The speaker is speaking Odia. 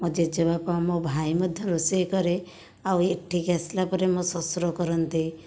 ମୋ ଜେଜେବାପା ମୋ ଭାଇ ମଧ୍ୟ ରୋଷେଇ କରେ ଆଉ ଏଠିକି ଆସିଲା ପରେ ମୋ ଶ୍ୱଶୁର କରନ୍ତି